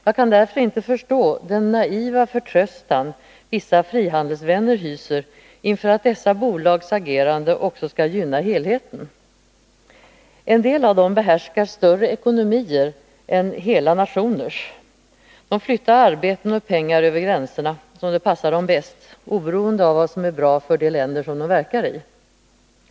Jag kan därför inte förstå den naiva förtröstan vissa frihandelsvänner hyser inför att dessa bolags agerande också skall gynna helheten. En del av dem behärskar större ekonomier än hela nationers. De flyttar arbeten och pengar över gränserna som det passar dem bäst, oberoende av vad som är bra för de länder som de verkar i.